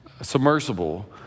submersible